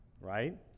right